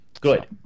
Good